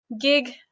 gig